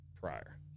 prior